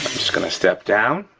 just gonna step down,